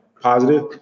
positive